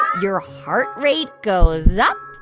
your heart rate goes up,